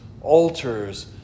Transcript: altars